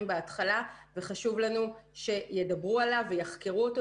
בהתחלה וחשוב לנו שידברו ויחקרו אותו,